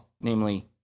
namely